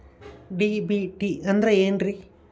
DBT ಅಂದ್ರ ಏನ್ರಿ?